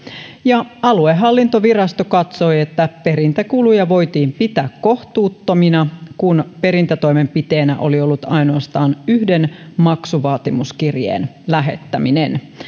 ja aluehallintovirasto katsoi että perintäkuluja voitiin pitää kohtuuttomina kun perintätoimenpiteenä oli ollut ainoastaan yhden maksuvaatimuskirjeen lähettäminen